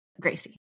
Gracie